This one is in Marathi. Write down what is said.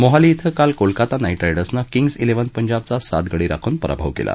मोहाली इथं काल कोलकाता नाई रायडर्सनं किंग्ज इलेवन पंजाबचा सात गडी राखून पराभव केला